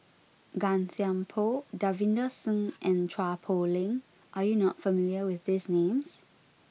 Gan Thiam Poh Davinder Singh and Chua Poh Leng are you not familiar with these names